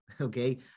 okay